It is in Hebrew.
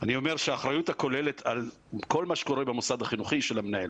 אני אומר שהאחריות הכוללת על כל מה שקורה במוסד החינוכי היא של המנהל,